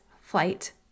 flight